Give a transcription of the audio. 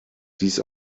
dies